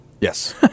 Yes